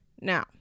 Now